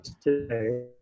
today